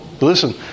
Listen